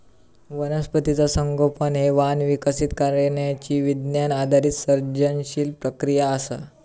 वनस्पतीचा संगोपन हे वाण विकसित करण्यची विज्ञान आधारित सर्जनशील प्रक्रिया असा